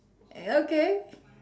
eh okay